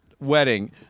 wedding